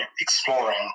exploring